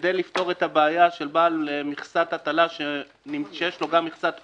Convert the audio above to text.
כדי לפתור את הבעיה של בעל מכסת הטלה שיש לו גם מכסת פטם.